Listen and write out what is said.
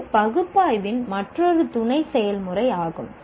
இது பகுப்பாய்வின் மற்றொரு துணை செயல்முறையாகும்